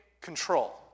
control